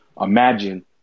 imagine